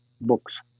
books